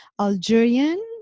Algerian